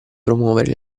promuovere